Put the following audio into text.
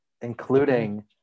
Including